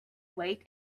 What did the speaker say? wait